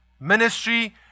Ministry